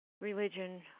religion